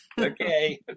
Okay